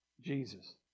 Jesus